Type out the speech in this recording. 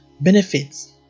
benefits